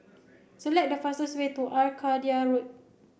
select the fastest way to Arcadia Road